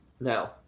No